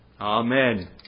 Amen